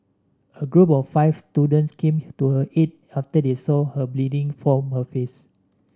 a group of five students came to her aid after they saw her bleeding from her face